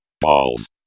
Balls